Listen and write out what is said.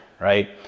right